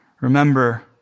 remember